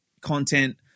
content